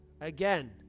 again